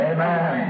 Amen